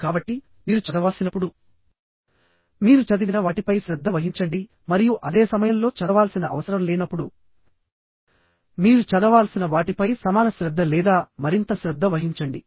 కాబట్టిమీరు చదవాల్సినప్పుడు మీరు చదివిన వాటిపై శ్రద్ధ వహించండి మరియు అదే సమయంలో చదవాల్సిన అవసరం లేనప్పుడు మీరు చదవాల్సిన వాటిపై సమాన శ్రద్ధ లేదా మరింత శ్రద్ధ వహించండి